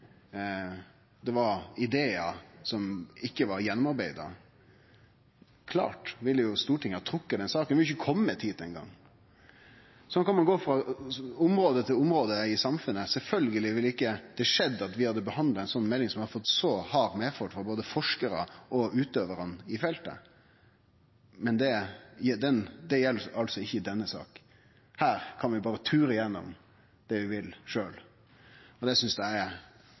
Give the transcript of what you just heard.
det var idear som ikkje var gjennomarbeidde, ville Stortinget klart ha trekt den saka, ho ville ikkje ha kome hit eingong. Sånn kan ein gå frå område til område i samfunnet. Sjølvsagt ville det ikkje skjedd at vi hadde behandla ei sånn melding som hadde fått så hard medfart frå både forskarar og utøvarane på feltet. Men det gjeld altså ikkje i denne saka. Her kan vi berre ture gjennom det vi vil sjølve, og det synest eg er